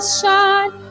shine